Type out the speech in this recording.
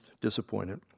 disappointed